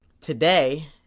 Today